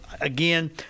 again